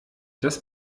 das